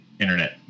Internet